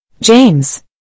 James